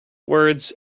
words